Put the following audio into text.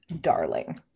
darling